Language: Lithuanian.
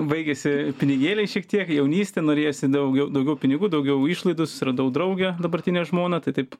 baigėsi pinigėliai šiek tiek jaunystė norėjosi daugiau daugiau pinigų daugiau išlaidų susiradau draugę dabartinę žmoną tai taip